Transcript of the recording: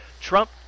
trump